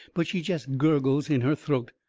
but she jest gurgles in her throat.